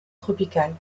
tropicale